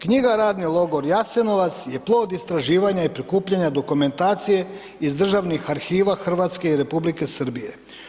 Knjiga Radni logor Jasenovac je plod istraživanja i prikupljanja dokumentacije iz državnih arhiva Hrvatske i Republike Srbije.